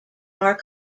are